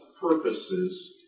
purposes